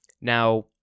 Now